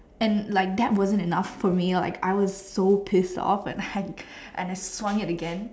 and like that wasn't enough for me like I was so pissed off and I I swung it again